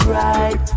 right